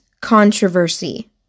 controversy